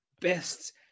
best